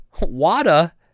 wada